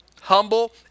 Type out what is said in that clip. Humble